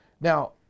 Now